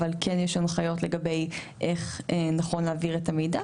אבל כן יש הנחיות לגבי איך נכון להעביר את המידע.